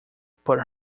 put